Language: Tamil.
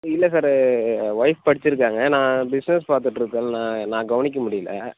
இல்லை சாரு ஒய்ஃப் படிச்சிருக்காங்க நான் பிஸ்னஸ் பார்த்துட்ருக்கேன் நான் நான் கவனிக்க முடியல